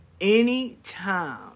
Anytime